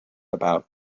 about